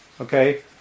Okay